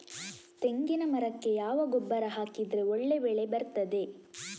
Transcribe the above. ತೆಂಗಿನ ಮರಕ್ಕೆ ಯಾವ ಗೊಬ್ಬರ ಹಾಕಿದ್ರೆ ಒಳ್ಳೆ ಬೆಳೆ ಬರ್ತದೆ?